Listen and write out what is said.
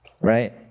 right